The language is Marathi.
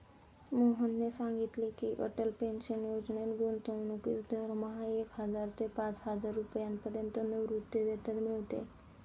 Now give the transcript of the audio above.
मोहनने सांगितले की, अटल पेन्शन योजनेत गुंतवणूकीस दरमहा एक हजार ते पाचहजार रुपयांपर्यंत निवृत्तीवेतन मिळते